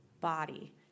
body